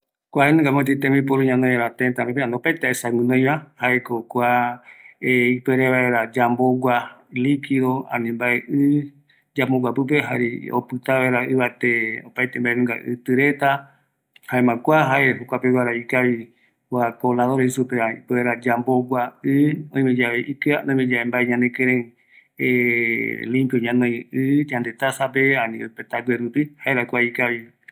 Kua yambogua vaera mbae, jaeko ikavi yae, aguiyeara mbae ikɨa reve yau, jare ñamotïni vaera vi mbae ɨ ndive öiva, jaera kua ikavi